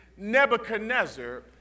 nebuchadnezzar